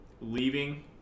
leaving